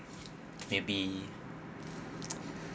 maybe